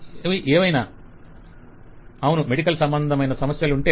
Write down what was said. client అవును medical సంబంధమైన సమస్యలుంటే